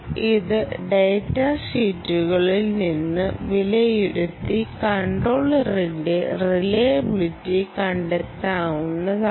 ഇത് ഡാറ്റാ ഷീറ്റുകളിൽ നിന്ന് വിലയിരുത്തി കൺട്രോളറിന്റെ റിലയബിലിറ്റി കണ്ടെത്താവുന്നതാണ്